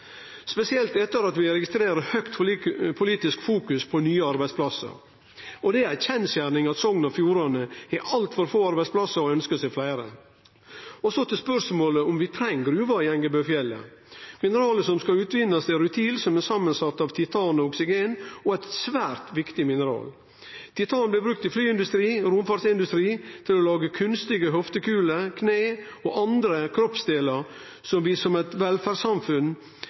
vi registrerer stort politisk fokus på nye arbeidsplassar. Det er ei kjensgjerning at Sogn og Fjordane har altfor få arbeidsplassar og ønskjer seg fleire. Så til spørsmålet om vi treng gruva i Engebøfjellet. Mineralet som skal utvinnast, er rutil, som er sett saman av titan og oksygen og er eit svært viktig mineral. Titan blir brukt i flyindustrien og i romfartsindustrien, til å lage kunstige hoftekuler, kne og andre kroppsdelar, som vi som eit velferdssamfunn